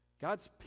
God's